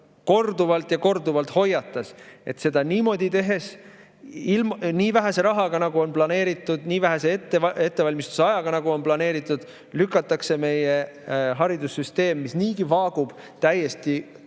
korduvalt ja korduvalt, et seda niimoodi tehes, nii vähese rahaga, nagu on planeeritud, nii vähese ettevalmistusajaga, nagu on planeeritud, lükatakse meie haridussüsteem, mis niigi vaagub, täiesti